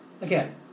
Again